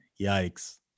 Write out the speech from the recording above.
Yikes